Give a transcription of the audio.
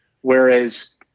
Whereas